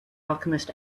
alchemist